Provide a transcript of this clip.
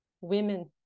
women